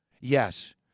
Yes